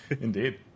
Indeed